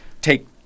take